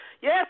Yes